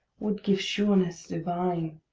would give sureness divine.